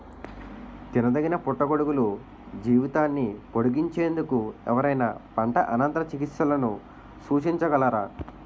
తినదగిన పుట్టగొడుగుల జీవితాన్ని పొడిగించేందుకు ఎవరైనా పంట అనంతర చికిత్సలను సూచించగలరా?